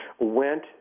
went